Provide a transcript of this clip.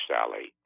Sally